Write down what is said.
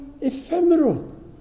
ephemeral